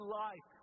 life